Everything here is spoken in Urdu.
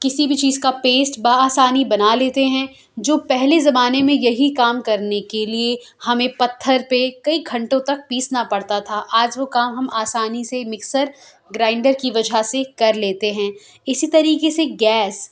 کسی بھی چیز کا پیسٹ بآسانی بنا لیتے ہیں جو پہلے زمانے میں یہی کام کرنے کے لیے ہمیں پتھر پہ کئی گھنٹوں تک پیسنا پڑتا تھا آج وہ کام آسانی سے مکسر گرائنڈ کی وجہ سے کر لیتے ہیں اسی طریقے سے گیس